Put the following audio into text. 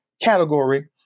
category